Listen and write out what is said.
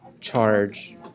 charge